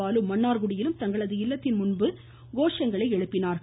பாலு மன்னார்குடியிலும் தங்களது இல்லத்தின் முன்பாக கோஷங்களை எழுப்பினார்கள்